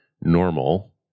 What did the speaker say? normal